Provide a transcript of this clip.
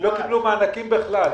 לא יקבלו מענקים בכלל.